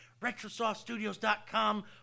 RetrosoftStudios.com